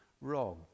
wrong